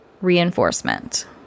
reinforcement